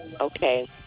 Okay